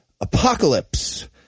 Apocalypse